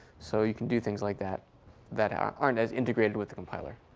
so you can do things like that that aren't aren't as integrated with the compiler.